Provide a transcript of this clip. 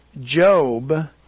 Job